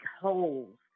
holes